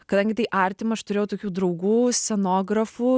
kadangi tai artima aš turėjau tokių draugų scenografų